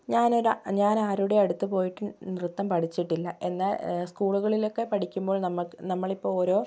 ഞാനൊര ഞാനാരുടെയും അടുത്ത് പോയിട്ട് നൃത്തം പഠിച്ചിട്ടില്ല എന്നെ സ്കൂളുകളിലൊക്കെ പഠിക്കുമ്പോൾ നമ്മളിപ്പം ഓരോ